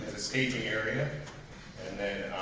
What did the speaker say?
the staging area and then